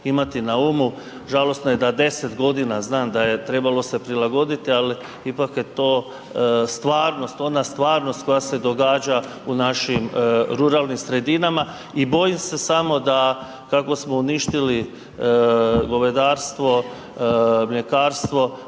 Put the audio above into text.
imati na umu, žalosno da 10 godina, znam da je trebalo se prilagoditi, ali ipak je to stvarnost, ona stvarnost koja se događa u našim ruralnim sredinama i bojim se samo da, kako smo uništili govedarstvo, mljekarstvo,